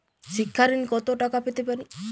শিক্ষা ঋণ কত টাকা পেতে পারি?